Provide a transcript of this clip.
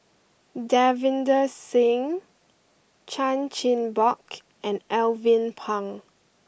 Davinder Singh Chan Chin Bock and Alvin Pang